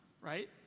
Right